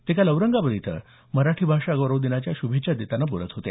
ते काल औरंगाबाद इथं मराठी भाषा गौरव दिनाच्या श्भेच्छा देतांना बोलत होते